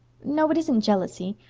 no it isn't jealousy.